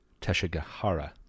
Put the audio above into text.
Teshigahara